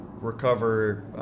recover